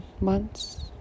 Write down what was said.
months